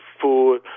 food